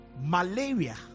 malaria